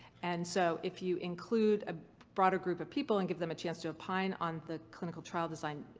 and so if you include a broader group of people and give them a chance to opine on the clinical trial design,